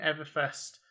everfest